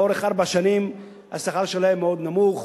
לאורך ארבע שנים השכר שלהם מאוד נמוך.